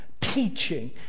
teaching